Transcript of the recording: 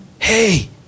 Hey